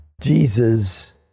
Jesus